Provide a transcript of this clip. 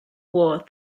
war